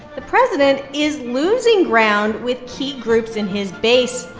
the president is losing ground with key groups in his base.